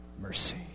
mercy